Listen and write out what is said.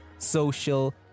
social